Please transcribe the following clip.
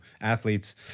athletes